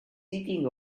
sitting